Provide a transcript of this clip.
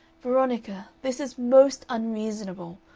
veronica, this is most unreasonable.